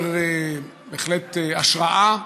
בהחלט מעורר השראה.